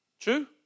True